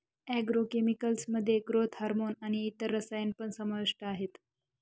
agro chemicals मध्ये growth hormone आणि इतर रसायन पण समाविष्ट आहेत